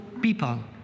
people